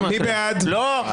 לא.